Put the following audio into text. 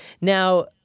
Now